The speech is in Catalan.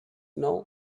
nou